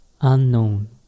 unknown